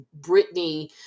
Britney